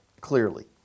clearly